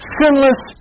sinless